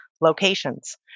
locations